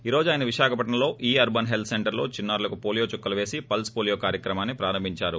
ఈ రోజు ఆయన విశాఖలోని ఇ అర్పన్ హెల్త్ సెంటర్ లో చిన్నారులకు పోలీయో చుక్కలు వేసి పల్స్ పోలీయో కార్యక్రమాన్ని ప్రారంభించారు